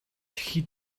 хэд